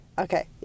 Okay